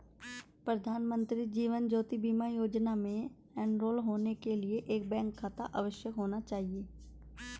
प्रधानमंत्री जीवन ज्योति बीमा योजना में एनरोल होने के लिए एक बैंक खाता अवश्य होना चाहिए